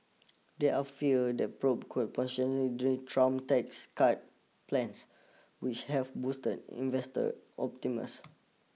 there are fears that probe could Trump's tax cut plans which have boosted investor optimist